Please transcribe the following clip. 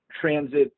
Transit